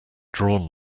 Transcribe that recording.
drawn